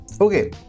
okay